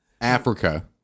Africa